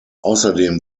außerdem